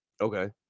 Okay